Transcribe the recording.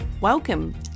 Welcome